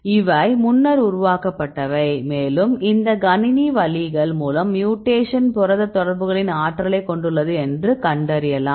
இவை முன்னர் உருவாக்கப்பட்டவை மேலும் இந்த கணினி வழிகள் மூலம் மியூடேக்ஷன் புரத தொடர்புகளின் ஆற்றலை கொண்டுள்ளது என்று கண்டறியலாம்